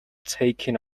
taking